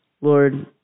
Lord